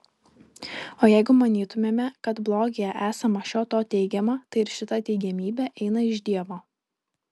o jeigu manytumėme kad blogyje esama šio to teigiama tai ir šita teigiamybė eina iš dievo